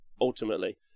ultimately